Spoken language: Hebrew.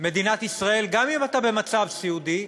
מדינת ישראל, גם אם אתה במצב סיעודי,